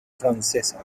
francesa